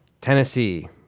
Tennessee